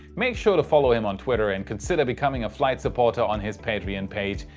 make sure to follow him on twitter and consider becoming a flight supporter on his patreon page!